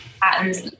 Patterns